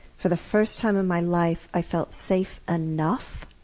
for the first time and my life i felt safe enough.